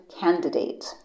candidate